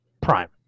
prime